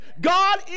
God